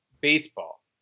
baseball